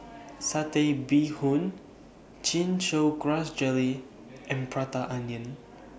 Satay Bee Hoon Chin Chow Grass Jelly and Prata Onion